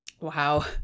Wow